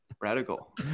Radical